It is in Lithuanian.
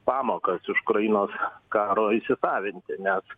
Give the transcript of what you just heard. pamokas iš ukrainos karo įsisavinti nes